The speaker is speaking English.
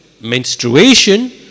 menstruation